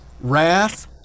wrath